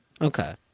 Okay